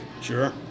Sure